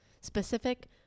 specific